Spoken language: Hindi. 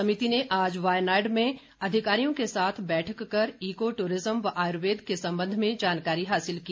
समिति ने आज वायनाड में अधिकारियों के साथ बैठक कर ईको टूरिज्म व आयुर्वेद के संबंध में जानकारी हासिल की